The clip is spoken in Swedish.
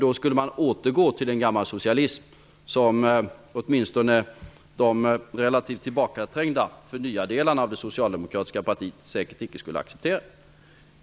Då skulle man återgå till en gammal socialism som åtminstone de relativt tillbakaträngda delar av det socialdemokratiska partiet som vill förnya säkert icke skulle acceptera.